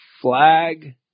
Flag